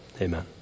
Amen